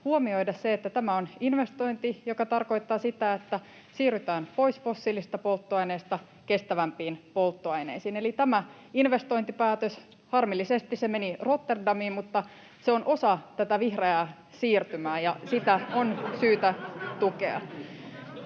huomioida se, että tämä on investointi, joka tarkoittaa sitä, että siirrytään pois fossiilisista polttoaineista kestävämpiin polttoaineisiin. Eli tämä investointipäätös harmillisesti meni Rotterdamiin, mutta se on osa tätä vihreää siirtymää, [Naurua